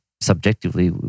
subjectively